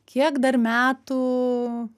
kiek dar metų